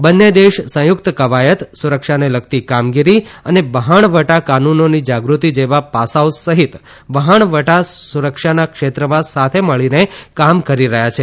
બંને દેશ સંયુકત કવાયત સુરક્ષાને લગતી કામગીરી અને વહાણવટા કાનૂનોની જાગૃતિ જેવા પાસાઓ સહિત વહાણવટા સુરક્ષાના ક્ષેત્રમાં સાથે મળીને કામ કરી રહયાં છે